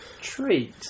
treat